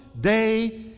day